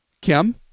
Kim